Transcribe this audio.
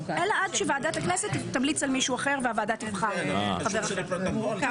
אלא עד שוועדת הכנסת תמליץ על מישהו אחר והוועדה תבחר חבר אחר.